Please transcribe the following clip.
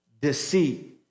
deceit